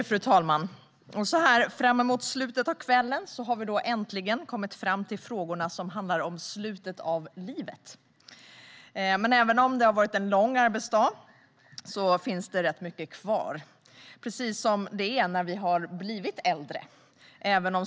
Fru talman! Så här framemot slutet av kvällen har vi äntligen kommit till de frågor som handlar om slutet av livet. Men även om arbetsdagen har varit lång finns det mycket kvar, precis som när vi blir äldre.